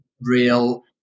real